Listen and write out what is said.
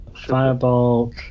Fireball